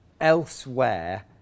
elsewhere